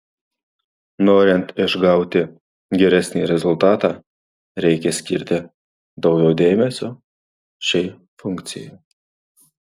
norint išgauti geresnį rezultatą reikia skirti daugiau dėmesio šiai funkcijai